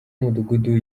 w’umudugudu